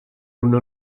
una